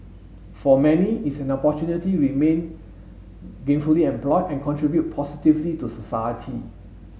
for many it's an opportunity remain gainfully employed and contribute positively to society